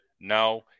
no